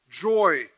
Joy